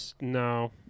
No